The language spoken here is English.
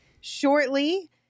shortly